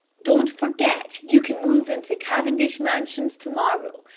don't forget you can move into cavendish mansions to-morrow.